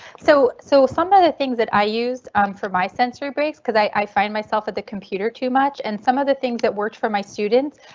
so so some of the things that i used um for my sensory breaks because i find myself at the computer too much and some of the things that worked for my students